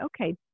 okay